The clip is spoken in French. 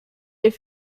est